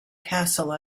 castle